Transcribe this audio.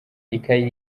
ikayi